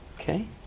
Okay